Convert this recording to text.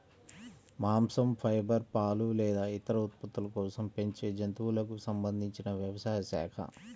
మాంసం, ఫైబర్, పాలు లేదా ఇతర ఉత్పత్తుల కోసం పెంచే జంతువులకు సంబంధించిన వ్యవసాయ శాఖ